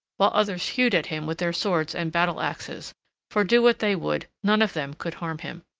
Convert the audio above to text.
while others hewed at him with their swords and battle-axes for do what they would, none of them could harm him.